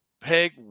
peg